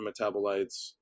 metabolites